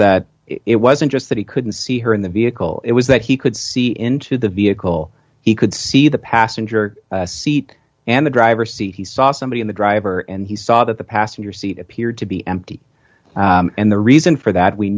that it wasn't just that he couldn't see her in the vehicle it was that he could see into the vehicle he could see the passenger seat and the driver see he saw somebody in the driver and he saw that the passenger seat appeared to be empty and the reason for that we